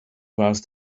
warst